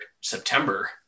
September